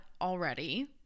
already